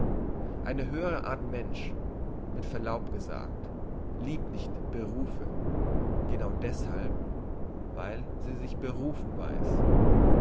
eine höhere art mensch mit verlaub gesagt liebt nicht berufe genau deshalb weil sie sich berufen weiss